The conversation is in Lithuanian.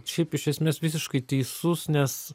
šiaip iš esmės visiškai teisus nes